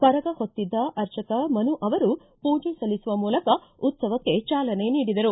ಕರಗ ಹೊತ್ತಿದ್ದ ಅರ್ಚಕ ಮನು ಅವರು ಪೂಜೆ ಸಲ್ಲಿಸುವ ಮೂಲಕ ಉತ್ಸವಕ್ಕೆ ಚಾಲನೆ ನೀಡಿದರು